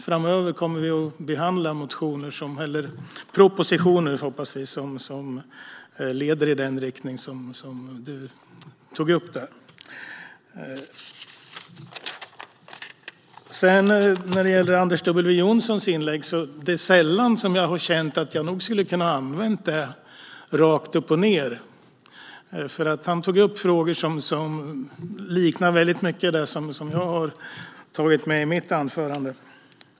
Framöver hoppas vi få behandla propositioner som leder i den riktning som du, Amir Adan, tog upp. När det gäller Anders W Jonsson är det sällan jag har känt att jag nog hade kunnat använda hans inlägg rakt av. Han tog upp frågor som väldigt mycket liknar dem som jag har tagit med i mitt anförande.